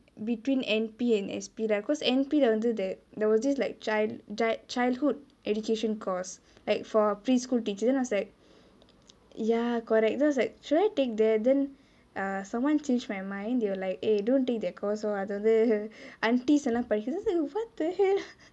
between N_P and S_P lah because N_P லே வந்து:lae vanthu that there was this like child child childhood education course like for preschool teachers then I was like ya correct so I was like should I take that then err someone changed my mind they were like eh don't take that course அது வந்து:athu vanthu aunties லே படிக்குறது:lae padikurathu then I was just like what the hell